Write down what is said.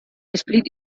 split